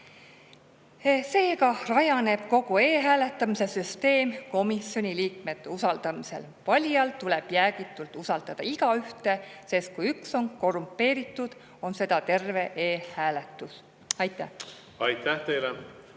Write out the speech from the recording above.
Seega rajaneb kogu e‑hääletamise süsteem komisjoni liikmete usaldamisel. Valijal tuleb jäägitult usaldada igaühte, sest kui üks on korrumpeeritud, on seda terve e‑hääletus. Aitäh! Aitäh teile!